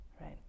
right